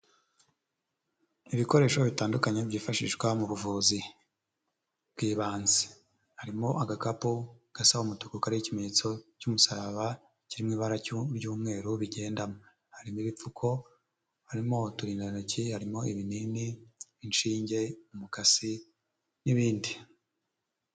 Ibikoresho bitandukanye byifashishwa mu buvuzi bw'ibanze, harimo agakapu gasaba umutuku kariho ikimenyetso cy'umusaraba kirimo ibara ry'umweru bigendamo, harimo ibipfuko, harimo uturindantoki, harimo ibinini, inshinge, umukasi n'ibindi.